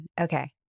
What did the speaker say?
okay